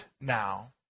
now